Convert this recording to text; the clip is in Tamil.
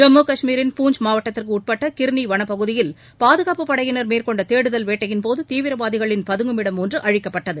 ஜம்மு காஷ்மீரின் பூஞ்ச் மாவட்டத்திற்குட்பட்ட கிர்னி வனப்பகுதியில் பாதுகாப்புப் படையினர் மேற்கொண்ட தேடுதல் வேட்டையின்போது தீவிரவாதிகளின் பதங்குமிடம் ஒன்று அழிக்கப்பட்டது